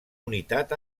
unitat